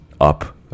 up